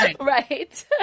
Right